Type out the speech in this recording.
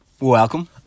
welcome